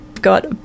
got